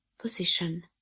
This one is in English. position